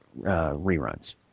reruns